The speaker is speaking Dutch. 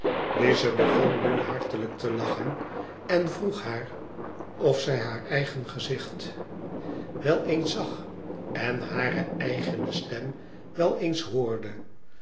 lize begon nu hartelijk te lachen en vroeg haar of zij haar eigen gezicht wel eens zag en hare eigene stem wel eens hoorde